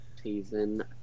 season